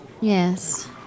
Yes